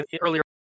earlier